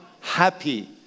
happy